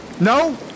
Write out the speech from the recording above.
No